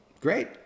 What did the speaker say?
great